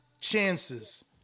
chances